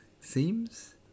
seems